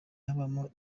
habamo